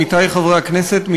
עמיתי חברי הכנסת,